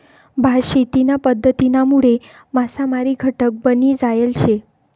भात शेतीना पध्दतीनामुळे मासामारी घटक बनी जायल शे